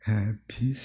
Happy